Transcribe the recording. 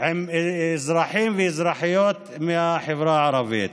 עם אזרחים ואזרחיות מהחברה הערבית.